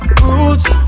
roots